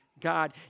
God